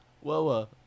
Whoa